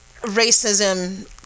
racism